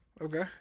Okay